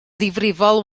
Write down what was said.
ddifrifol